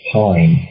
time